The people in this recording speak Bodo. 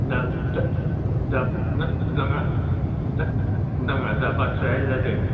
दा नङा दा बाथ्राया जादों